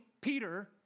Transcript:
Peter